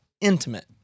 intimate